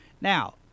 Now